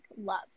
love